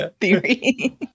theory